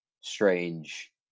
strange